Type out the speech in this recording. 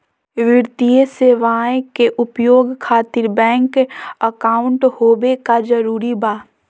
वित्तीय सेवाएं के उपयोग खातिर बैंक अकाउंट होबे का जरूरी बा?